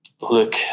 look